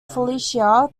felicia